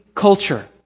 culture